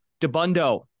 DeBundo